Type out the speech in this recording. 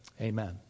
Amen